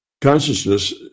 consciousness